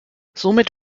somit